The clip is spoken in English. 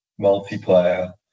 multiplayer